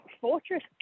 Fortress